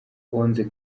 onze